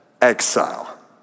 exile